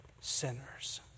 sinners